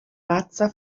razza